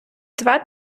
два